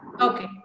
Okay